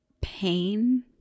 pain